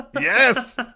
Yes